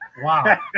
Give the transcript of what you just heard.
Wow